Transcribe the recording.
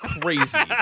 crazy